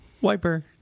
Wiper